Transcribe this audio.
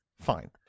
Fine